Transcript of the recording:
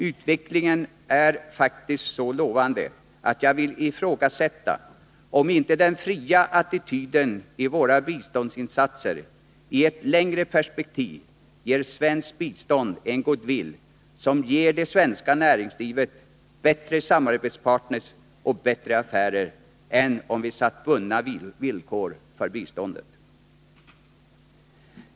Utvecklingen är faktiskt så lovande att jag vill ifrågasätta om inte den fria attityden i våra biståndsinsatser i ett längre perspektiv ger svenskt bistånd en goodwill som ger det svenska näringslivet bättre samarbetspartners och bättre affärer än om vi satt bundna villkor för biståndet.